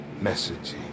messaging